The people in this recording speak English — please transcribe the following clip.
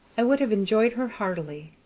i should have enjoyed her heartily.